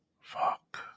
Fuck